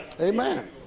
Amen